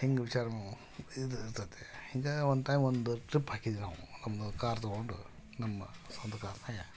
ಹಿಂಗೆ ವಿಚಾರ ಇರ್ತಾ ಇರ್ತೈತೆ ಹಿಂಗೆ ಒಂದು ಟೈಮ್ ಒಂದು ಟ್ರಿಪ್ ಹಾಕಿದ್ವಿ ನಾವು ಒಂದು ಕಾರ್ ತಗೊಂಡು ನಮ್ಮ ಸ್ವಂತ ಕಾರ್ನಾಗೆ